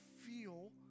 feel